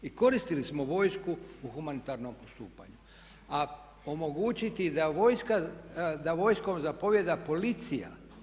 I koristili smo vojsku u humanitarnom postupanju, a omogućiti da vojskom zapovijeda policija.